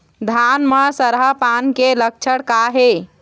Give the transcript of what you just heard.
धान म सरहा पान के लक्षण का हे?